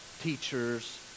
teachers